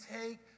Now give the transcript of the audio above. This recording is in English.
take